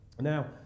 Now